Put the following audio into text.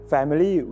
Family